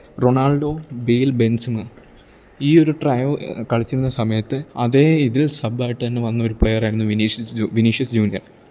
Ronaldo Bale Benzema ഈ ഒരു trio കളിച്ചിരുന്ന സമയത്ത് അതേ ഇതിൽ സബ്ബായിട്ട് തന്നെ വന്നൊരു പ്ലെയറായിരുന്നു വിനീഷിസ് ജ്യൂ വിനീഷ്യസ് ജൂന്യർ